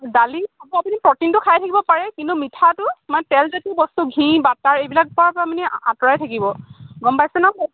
দালি খাব আপুনি প্ৰটিনটো খাই থাকিব পাৰে কিন্তু মিঠাটো মানে তেলজাতীয় বস্তু ঘিঁউ বাটাৰ এইবিলাকৰ পৰা আপুনি আঁতৰাই থাকিব গম পাইছে নহ্